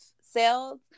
sales